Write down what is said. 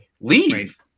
Leave